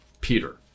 Peter